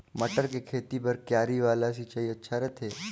मटर के खेती बर क्यारी वाला सिंचाई अच्छा रथे?